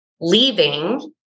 leaving